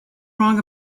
wrong